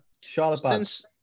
Charlotte